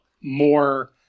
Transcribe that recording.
more